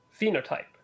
phenotype